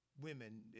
women